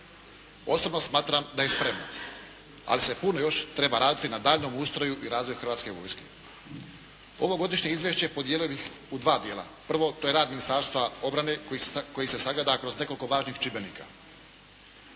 Osobno smatram da je spremna ali se puno još treba raditi na daljnjem ustroju i razvoju Hrvatske vojske. Ovo godišnje izvješće podijelio bih u dva dijela. Prvo, to je rad Ministarstva obrane koji se sagleda kroz nekoliko važnih čimbenika.